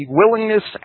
willingness